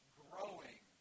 growing